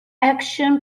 action